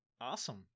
awesome